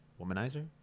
womanizer